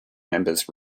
members